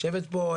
יושבת פה,